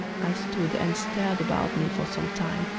i stood and stared about me for some time,